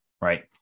right